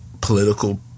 political